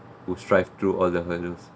who strive through all the hurdles